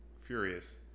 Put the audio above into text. furious